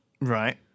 Right